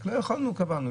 רק לא יכולנו וקבענו.